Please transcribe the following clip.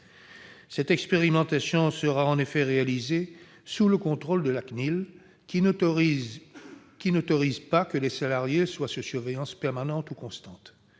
Cette expérimentation sera en effet réalisée sous le contrôle de la CNIL, qui n'autorise pas que les salariés soient sous surveillance permanente ou constante.